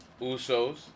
Usos